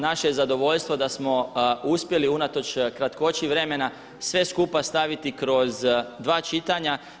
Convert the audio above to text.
Naše je zadovoljstvo da smo uspjeli unatoč kratkoći vremena sve skupa staviti kroz dva čitanja.